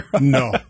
No